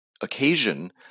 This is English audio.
occasion